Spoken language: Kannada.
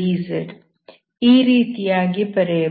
dydz ಈ ರೀತಿಯಾಗಿ ಬರೆಯಬಹುದು